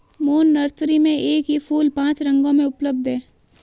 moon nursery में एक ही फूल पांच रंगों में उपलब्ध है